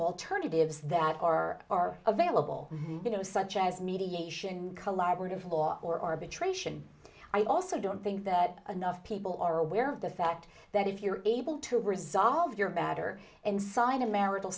alternatives that are available you know such as mediation collaborative law or arbitration i also don't think that enough people are aware of the fact that if you're able to resolve your batter inside a marital